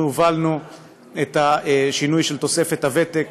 אנחנו הובלנו את השינוי של תוספת הוותק